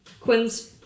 Quinn's